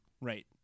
Right